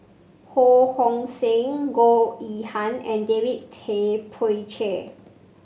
Ho Hong Sing Goh Yihan and David Tay Poey Cher